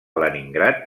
leningrad